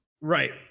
Right